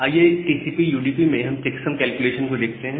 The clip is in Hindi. आइए टीसीपी यूडीपी में अब चेक्सम कैलकुलेशन को देखते हैं